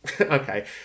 Okay